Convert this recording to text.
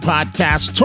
Podcast